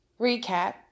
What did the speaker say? recap